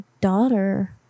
daughter